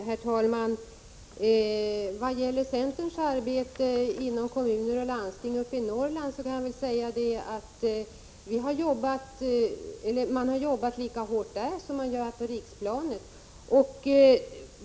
Herr talman! Vad gäller centerns arbete inom kommuner och landsting uppe i Norrland kan jag säga att man har jobbat lika hårt där som man gör på riksplanet.